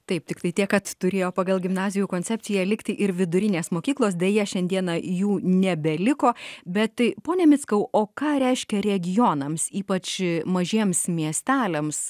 taip tiktai tiek kad turėjo pagal gimnazijų koncepciją likti ir vidurinės mokyklos deja šiandieną jų nebeliko bet tai pone mickau o ką reiškia regionams ypač mažiems miesteliams